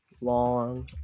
long